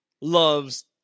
loves